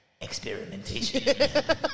experimentation